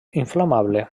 inflamable